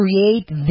create